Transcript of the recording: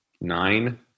nine